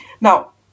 now